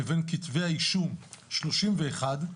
לבין כתבי האישום, 31,